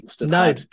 No